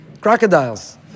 crocodiles